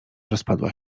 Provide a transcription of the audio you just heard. rozpadła